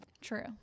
True